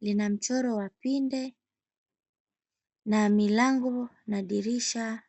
Lina mchoro wa pinde na milango na dirisha.